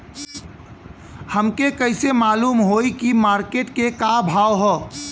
हमके कइसे मालूम होई की मार्केट के का भाव ह?